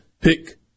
pick